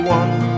one